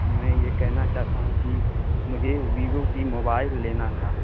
میں یہ کہنا چاہتا ہوں کہ مجھے ویوو کی موبائل لینا تھا